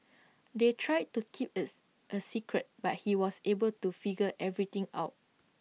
they tried to keep is A secret but he was able to figure everything out